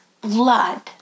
blood